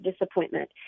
disappointment